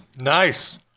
Nice